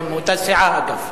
ומאותה סיעה אגב.